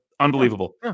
Unbelievable